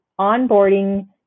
onboarding